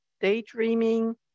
daydreaming